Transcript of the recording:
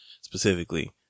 specifically